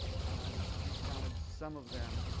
and i've recounted some of them.